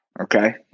Okay